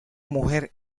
mujer